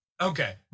Okay